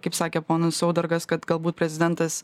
kaip sakė ponas saudargas kad galbūt prezidentas